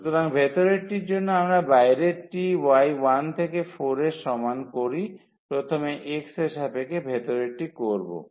সুতরাং ভেতরেরটির জন্য আমরা বাইরেরটি y 1 থেকে 4 এর সমান করি প্রথমে x এর সাপেক্ষে ভেতরেরটি করব